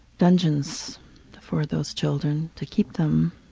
dungeons for those children to keep them.